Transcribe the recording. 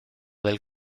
del